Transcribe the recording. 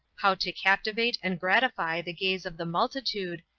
how to captivate and gratify the gaze of the multitude,